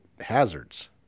hazards